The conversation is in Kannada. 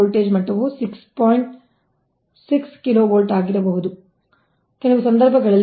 6 kv ಆಗಿರಬಹುದು ಕೆಲವು ಸಂದರ್ಭಗಳಲ್ಲಿ 3